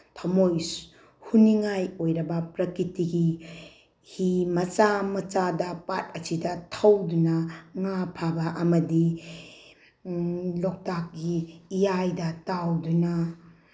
ꯊꯝꯃꯣꯏ ꯍꯨꯅꯤꯡꯉꯥꯏ ꯑꯣꯏꯔꯒ ꯄ꯭ꯔꯀꯤꯇꯤꯒꯤ ꯍꯤ ꯃꯆꯥ ꯃꯆꯥꯗ ꯄꯥꯠ ꯑꯁꯤꯗ ꯊꯧꯗꯨꯅ ꯉꯥ ꯐꯥꯕ ꯑꯃꯗꯤ ꯂꯣꯛꯇꯥꯛꯀꯤ ꯏꯌꯥꯏꯗ ꯇꯥꯎꯗꯨꯅ